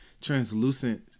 Translucent